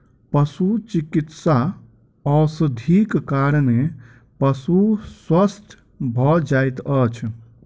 पशुचिकित्सा औषधिक कारणेँ पशु स्वस्थ भ जाइत अछि